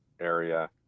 area